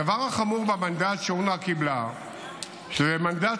הדבר החמור במנדט שאונר"א קיבלה זה שהמנדט